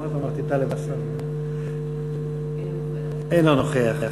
כמעט אמרתי טלב אלסאנע, אינו נוכח.